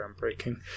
groundbreaking